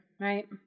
right